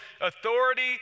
authority